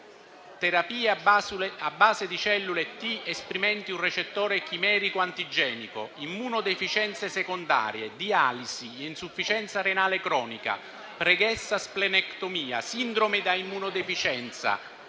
terapia a base di cellule T esprimenti un recettore chimerico antigenico, immunodeficienze secondarie, dialisi, insufficienza renale cronica, pregressa splenectomia, sindrome da immunodeficienza,